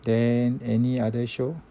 then any other show